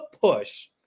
push